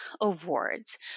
awards